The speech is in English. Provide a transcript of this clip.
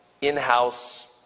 in-house